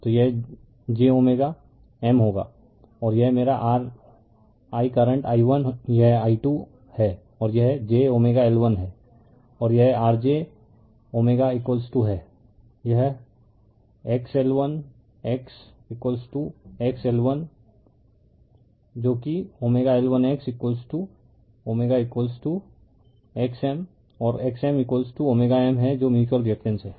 तो यह j M होगा और यह मेरा rI करंट i1 यह i 2 है और यह j L1 है और यह rj है यह xL1x xL1है L1x और x M w M है जो म्यूच्यूअल रिएक्टेंस है